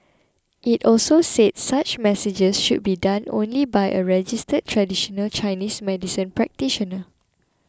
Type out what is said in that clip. it also said such messages should be done only by a registered traditional Chinese medicine practitioner